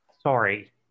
Sorry